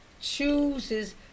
chooses